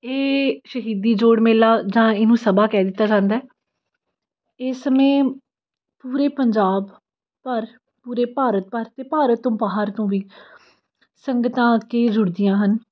ਇਹ ਸ਼ਹੀਦੀ ਜੋੜ ਮੇਲਾ ਜਾਂ ਇਹਨੂੰ ਸਭਾ ਕਹਿ ਦਿੱਤਾ ਜਾਂਦਾ ਇਸ ਸਮੇਂ ਪੂਰੇ ਪੰਜਾਬ ਭਰ ਪੂਰੇ ਭਾਰਤ ਭਰ ਅਤੇ ਭਾਰਤ ਤੋਂ ਬਾਹਰ ਤੋਂ ਵੀ ਸੰਗਤਾਂ ਆ ਕੇ ਜੁੜਦੀਆਂ ਹਨ